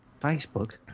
Facebook